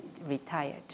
retired